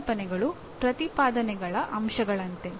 ಪರಿಕಲ್ಪನೆಗಳು ಪ್ರತಿಪಾದನೆಗಳ ಅಂಶಗಳಂತೆ